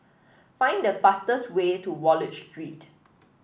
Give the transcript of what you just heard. find the fastest way to Wallich Street